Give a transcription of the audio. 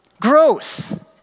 Gross